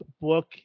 book